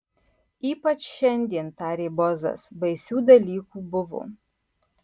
ypač šiandien tarė bozas baisių dalykų buvo